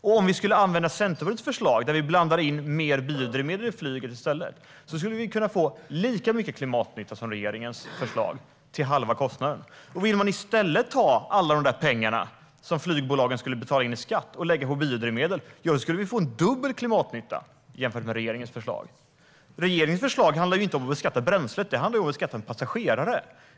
Om vi i stället skulle använda Centerpartiets förslag, att blanda in mer biodrivmedel inom flyget, skulle vi kunna få lika mycket klimatnytta som med regeringens förslag till halva kostnaden. Om man skulle ta alla pengar som flygbolagen skulle få betala i skatt och i stället lägga på biodrivmedel skulle vi få dubbel klimatnytta jämfört med regeringens förslag. Regeringens förslag handlar inte om att beskatta bränslet utan om att beskatta passagerare.